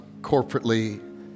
corporately